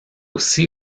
ainsi